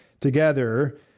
together